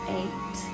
eight